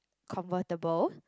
convertable